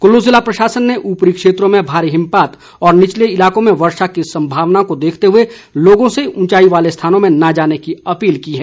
कुल्लू जिला प्रशासन ने उपरी क्षेत्रों में भारी हिमपात व निचले इलाकों में वर्षा की संभावना को देखते हुए लोगों से उंचाई वाले स्थानों में न जाने की अपील की है